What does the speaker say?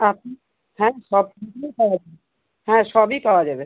আপনি হ্যাঁ সব কিছুই পাওয়া যাবে হ্যাঁ সবই পাওয়া যাবে